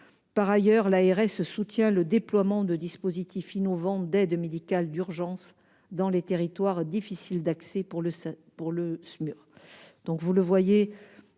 Par ailleurs, l'ARS soutient le déploiement de dispositifs innovants d'aide médicale d'urgence dans les territoires difficiles d'accès pour le Smur.